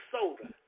soda